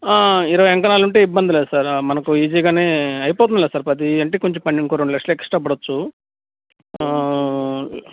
ఇరవై అంకణాలు ఉంటే ఇబ్బంది లేదు సార్ మనకు ఈజీగానే అయిపోతుందిలే సార్ పది అంటే కొంచెం ఇంకొక రెండు లక్షలు ఎక్స్ట్రా పడొచ్చు